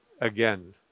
again